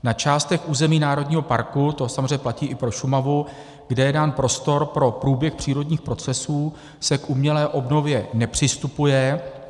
Na částech území národního parku, to samozřejmě platí i pro Šumavu, kde je dán prostor pro průběh přírodních procesů, se k umělé obnově nepřistupuje.